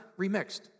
remixed